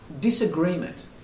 disagreement